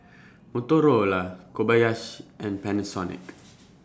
Motorola Kobayashi and Panasonic